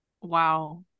wow